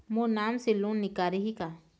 मोर नाम से लोन निकारिही का?